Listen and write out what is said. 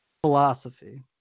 philosophy